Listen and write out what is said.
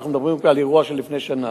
אנחנו מדברים פה על אירוע מלפני שנה.